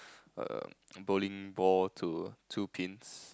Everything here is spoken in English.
um bowling ball to two pins